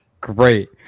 Great